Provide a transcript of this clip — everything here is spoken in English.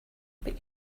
but